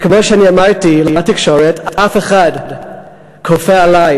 וכמו שאני אמרתי לתקשורת, אף אחד לא כופה עלי.